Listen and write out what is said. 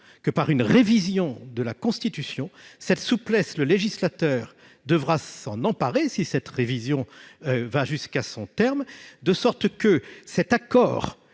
que par une révision de la Constitution. Cette souplesse, le législateur devra s'en emparer, du moins si cette révision est menée à son terme, de sorte que l'accord